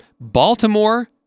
Baltimore